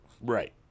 Right